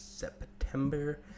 September